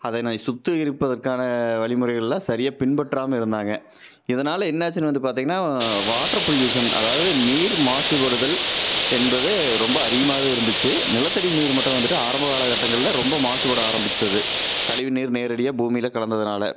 அதனை சுத்திகரிப்பதற்கான வழிமுறைகள்லாம் சரியாக பின்பற்றாமல் இருந்தாங்க இதனால் என்ன ஆச்சுன்னு வந்து பார்த்தீங்கன்னா வாட்ரு பொல்யூஷன் அதாவது நீர் மாசுபடுதல் என்பது ரொம்ப அதிகமாகவே இருந்துச்சு நிலத்தடி நீர் மட்டும் வந்துவிட்டு ஆரம்ப காலக்கட்டங்களில் ரொம்ப மாசுபட ஆரம்பித்தது கழிவு நீர் நேரடியாக பூமியில் கலந்ததினால